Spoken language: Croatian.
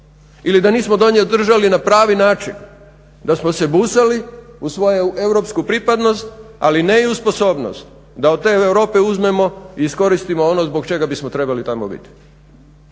ili da nismo do nje držali na pravi način, da smo se busali u svoju europsku pripadnost ali ne i u sposobnost da od te Europe uzmemo i iskoristimo ono zbog čega bismo trebali tamo biti.